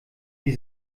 wie